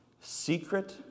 Secret